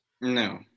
No